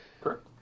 correct